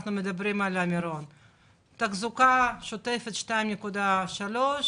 תחזוקה שוטפת- 2.3 מיליון,